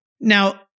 Now